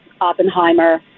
Oppenheimer